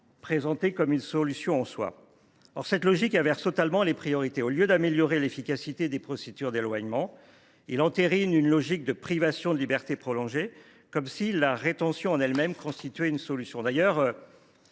présenté comme une solution en soi. Or cette logique inverse totalement les priorités : au lieu d’améliorer l’efficacité des procédures d’éloignement, on entérine une logique de privation de liberté prolongée, comme si la rétention en elle même constituait une solution. À entendre